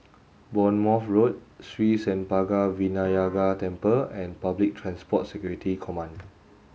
Bournemouth Road Sri Senpaga Vinayagar Temple and Public Transport Security Command